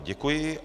Děkuji.